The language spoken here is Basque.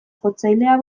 jotzailea